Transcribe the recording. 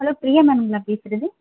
hello Priya மேம்ங்களா பேசுவது